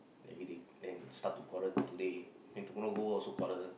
everyday then start to quarrel today then tomorrow go work also quarrel